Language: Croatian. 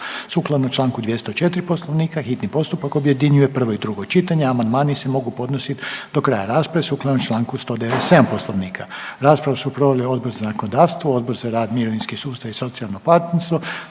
Sukladno čl. 204 Poslovnika, hitni postupak objedinjuje prvo i drugo čitanje, a amandmani se mogu podnositi do kraja rasprave sukladno čl. 197. Poslovnika. Raspravu su proveli Odbor za zakonodavstvo, Odbor za rad, mirovinski sustav i socijalno partnerstvo